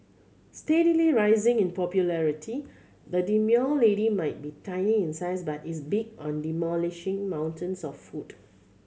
steadily rising in popularity the demure lady might be tiny in size but is big on demolishing mountains of food